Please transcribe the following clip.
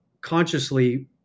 consciously